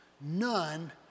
none